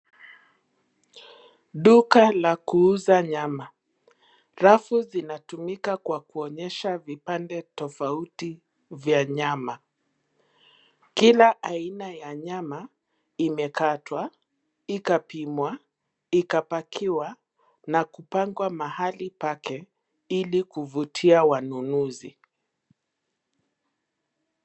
Duka la kuuza nyama. Rafu zinatumika kwa kuonyesha vipande tofauti vya nyama. Kila aina ya nyama imekatwa, ikapimwa, ikapakiwa na kupangwa mahali pake ili kuvutia wanunuzi.